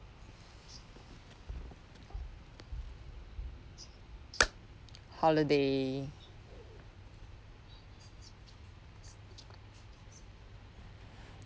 holiday